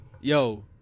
Yo